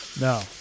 No